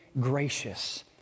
gracious